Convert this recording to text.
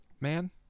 man